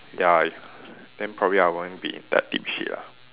ya if then probably I won't be in that deep shit ah